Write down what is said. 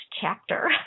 chapter